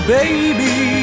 baby